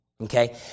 Okay